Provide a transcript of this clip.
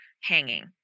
hanging